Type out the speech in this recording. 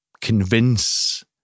convince